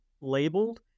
labeled